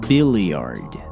Billiard